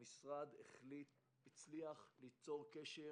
המשרד הצליח ליצור קשר